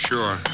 Sure